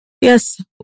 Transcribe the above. yes